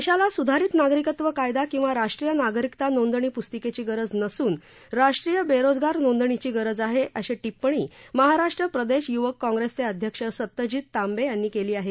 देशाला स्धारित नागरिकत्व कायदा किंवा राष्ट्रीय नागरिकता नोंदणी प्स्तिकेची गरज नसून राष्ट्रीय बेरोजगार नोंदणीची गरज आहे अशी टिप्पणी महाराष्ट्र प्रदेश य्वक काँग्रेसचे अध्यक्ष सत्यजीत तांबे यांनी केली आहे